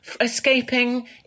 escaping